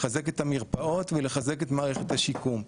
לחזק את המרפאות ולחזק את מערכת השיקום.